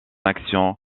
action